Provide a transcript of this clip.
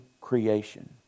creation